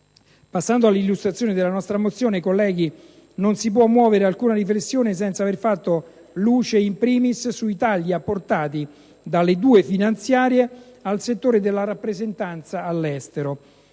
Passando all'illustrazione della nostra mozione, colleghi, non si può muovere alcuna riflessione senza aver fatto luce, *in primis*, sui tagli apportati dalle due ultime finanziarie al settore della rappresentanza all'estero.